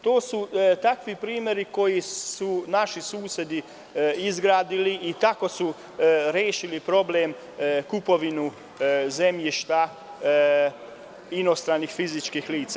To su takvi primeri koji su naši susedi izgradili i tako su rešili problem kupovine zemljišta inostranih fizičkih lica.